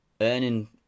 earning